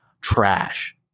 trash